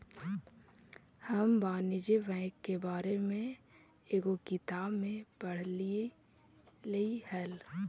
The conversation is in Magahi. हम वाणिज्य बैंक के बारे में एगो किताब में पढ़लियइ हल